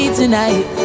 tonight